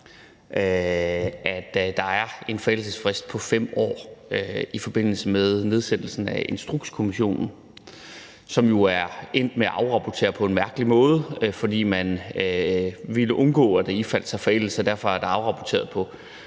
at der er en forældelsesfrist på 5 år, i forbindelse med nedsættelsen af Instrukskommissionen, som jo er endt med at afrapportere på en mærkelig måde, fordi man ville undgå, at der ifaldt forældelse, og derfor er der afrapporteret på